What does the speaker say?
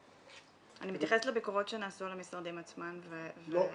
אני מתייחסת לביקורות שנעשו על המשרדים עצמם ו --- לא,